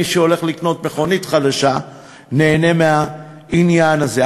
מי שהולך לקנות מכונית חדשה נהנה מהעניין הזה.